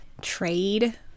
trade